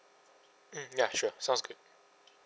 mm ya sure sounds good